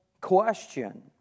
question